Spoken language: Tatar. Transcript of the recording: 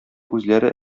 үзләре